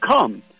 come